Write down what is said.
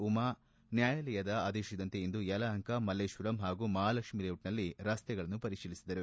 ಉಮಾ ನ್ಯಾಯಾಲಯದ ಆದೇಶದಂತೆ ಇಂದು ಯಲಪಂಕ ಮಲ್ಲೇಶ್ವರಂ ಹಾಗೂ ಮಹಾಲಕ್ಷ್ಮೀಲೇಔಟ್ನಲ್ಲಿ ರಸ್ತೆಗಳನ್ನು ಪರಿಶೀಲಿಸಿದರು